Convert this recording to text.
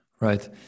Right